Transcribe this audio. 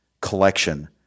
collection